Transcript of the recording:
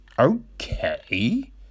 Okay